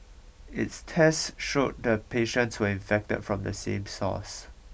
its tests showed the patients were infected from the same source